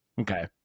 okay